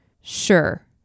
Sure